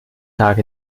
tag